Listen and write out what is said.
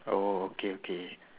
oh okay okay